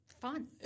fun